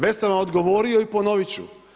Već sam vam odgovorio i ponovit ću.